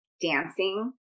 dancing